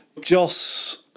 Joss